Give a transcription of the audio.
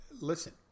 listen